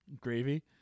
Gravy